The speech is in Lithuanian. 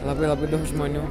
labai labai daug žmonių